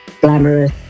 glamorous